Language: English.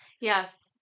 yes